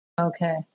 Okay